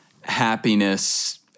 happiness